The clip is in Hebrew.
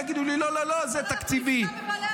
מילא הם יגידו שהם לא בעד פגיעה במעונות היום.